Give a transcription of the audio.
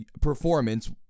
performance